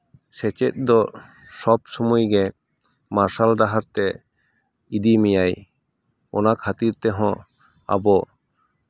ᱥᱮᱪᱮᱫ ᱫᱚ ᱥᱚᱵ ᱥᱚᱢᱚᱭ ᱜᱮ ᱢᱟᱨᱥᱟᱞ ᱰᱟᱦᱟᱨ ᱛᱮ ᱤᱫᱤ ᱢᱮᱭᱟᱭ ᱚᱱᱟ ᱠᱷᱟᱹᱛᱤᱨ ᱛᱮᱦᱚᱸ ᱟᱵᱚ